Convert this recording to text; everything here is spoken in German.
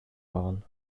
waren